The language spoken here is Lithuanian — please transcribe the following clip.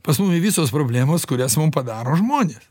pas mumi visos problemos kurias mum padaro žmonės